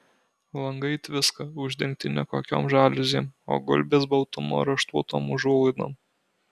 langai tviska uždengti ne kokiom žaliuzėm o gulbės baltumo raštuotom užuolaidom